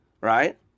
right